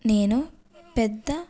నేను పెద్ద